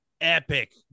epic